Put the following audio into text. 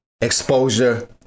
exposure